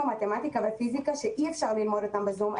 שמקצועות כמו מתמטיקה ופיזיקה פשוט אי אפשר ללמוד בזום.